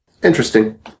Interesting